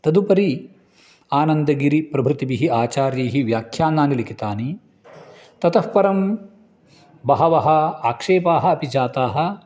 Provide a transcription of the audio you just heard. तदुपरि आनन्दगिरिप्रभृतिभिः आचार्यैः व्याख्यानानि लिखितानि ततः परं बहवः आक्षेपाः अपि जाताः